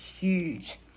huge